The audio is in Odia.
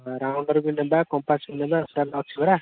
ରାଉଣ୍ଡର୍ ବି ନେବା କମ୍ପାସ୍ ବି ନେବା ଅଛି ପରା